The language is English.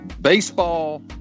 Baseball